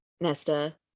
Nesta